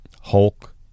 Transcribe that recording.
Hulk